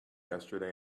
yesterday